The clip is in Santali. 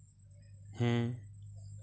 ᱦᱮᱸ